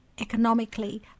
economically